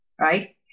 Right